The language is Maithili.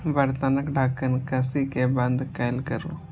बर्तनक ढक्कन कसि कें बंद कैल करू